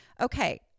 okay